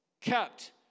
kept